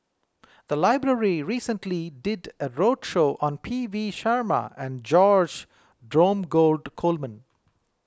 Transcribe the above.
the library recently did a roadshow on P V Sharma and George Dromgold Coleman